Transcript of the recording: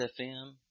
FM